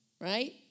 right